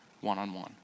one-on-one